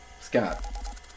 Scott